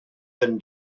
than